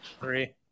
Three